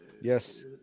Yes